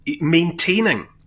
maintaining